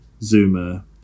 Zuma